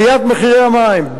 עליית מחירי המים,